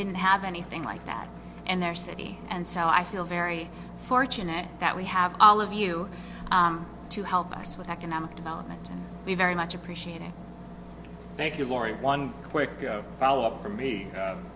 didn't have anything like that and their city and so i feel very fortunate that we have all of you to help us with economic development and we very much appreciate it thank you lori one quick follow up for me